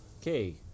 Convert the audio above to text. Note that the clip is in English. Okay